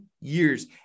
years